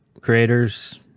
creators